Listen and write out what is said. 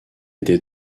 été